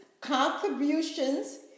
contributions